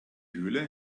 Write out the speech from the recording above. höhle